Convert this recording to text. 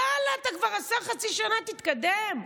יאללה, אתה כבר שר חצי שנה, תתקדם.